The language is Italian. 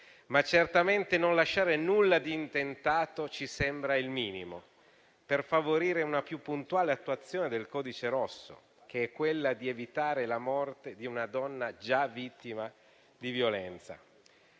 Certamente però non lasciare nulla di intentato ci sembra il minimo per favorire una più puntuale attuazione del codice rosso, che è quella di evitare la morte di una donna già vittima di violenza.